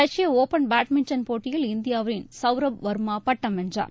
ரஷ்ய open badminton போட்டியில் இந்தியாவின் சவ்ரப் வர்மா பட்டம் வென்றார்